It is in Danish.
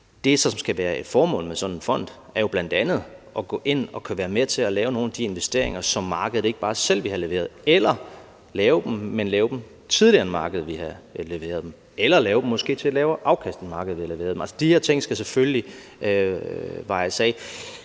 det, som skal være formålet med sådan en fond, bl.a. er at gå ind at kunne være med til at lave nogle af de investeringer, som markedet ikke bare selv ville have leveret, eller lave dem, men lave dem tidligere, end markedet ville have leveret dem, eller lave dem måske til et lavere afkast, end markedet ville have leveret dem. Altså, de her ting skal selvfølgelig vejes af.